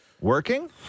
working